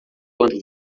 quanto